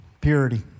Purity